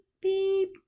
beep